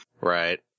Right